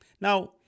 Now